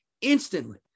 instantly